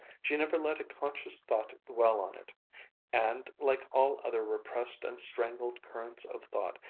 she never let a conscious thought dwell on it and like all other repressed and strangled currents of thought,